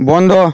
বন্ধ